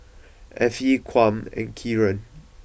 Effie Kwame and Kieran